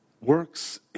works